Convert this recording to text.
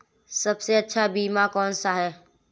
सबसे अच्छा बीमा कौनसा है?